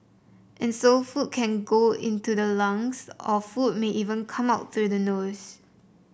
and so food can go into the lungs or food may even come up through the noise